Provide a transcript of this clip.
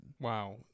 Wow